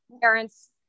parents